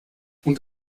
und